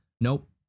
Nope